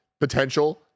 potential